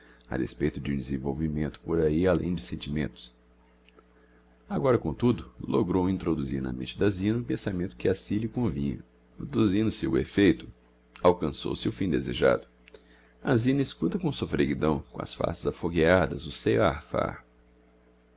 a despeito de um desenvolvimento por ahi além de sentimentos agora comtudo logrou introduzir na mente da zina o pensamento que a si lhe convinha produzindo se o effeito alcançou se o fim desejado a zina escuta com soffreguidão com as faces afogueadas o seio a arfar